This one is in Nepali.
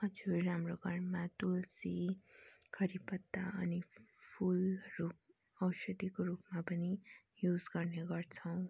हजुर हाम्रो घरमा तुलसी कडिपत्ता अनि फुलहरू औषधीको रूपमा पनि युज गर्ने गर्छौँ